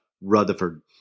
Rutherford